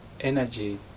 energy